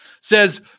says